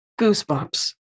goosebumps